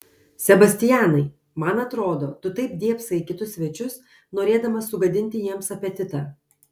sebastianai man atrodo tu taip dėbsai į kitus svečius norėdamas sugadinti jiems apetitą